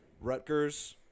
Rutgers